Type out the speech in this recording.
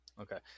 Okay